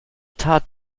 tat